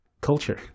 culture